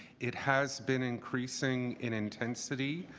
it has been increasing in intensity.